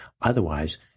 Otherwise